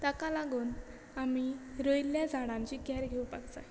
ताका लागून आमी रोयिल्ल्या जाणांची कॅर घेवपाक जाय